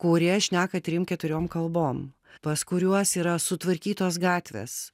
kurie šneka trim keturiom kalbom pas kuriuos yra sutvarkytos gatvės